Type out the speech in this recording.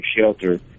shelter